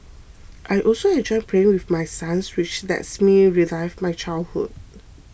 I also enjoy playing with my sons which lets me relive my childhood